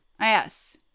Yes